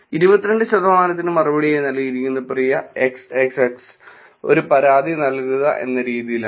22 ശതമാനത്തിനു മറുപടിയായി നൽകിയിരിക്കുന്നത് "പ്രിയ XXX ഒരു പരാതി നൽകുക"എന്ന രീതിയിലാണ്